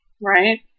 Right